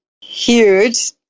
huge